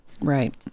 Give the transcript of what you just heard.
right